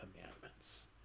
commandments